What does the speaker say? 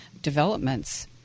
developments